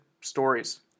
stories